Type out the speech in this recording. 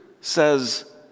says